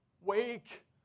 Wake